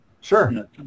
Sure